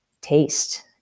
taste